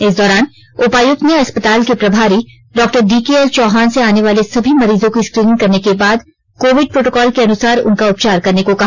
इस दौरान उपायुक्त ने अस्पताल के प्रभारी डॉ डीकेएल चौहान से आनेवाले सभी मरीजों की स्क्रीनिंग करने के बाद कोविड प्रोटोकॉल के अनुसार उनका उपचार करने को कहा